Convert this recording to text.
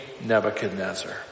Nebuchadnezzar